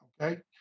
okay